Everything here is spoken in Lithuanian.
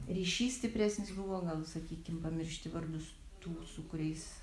ryšys stipresnis buvo gal sakykim pamiršti vardus tų su kuriais